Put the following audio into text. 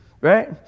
Right